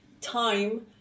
time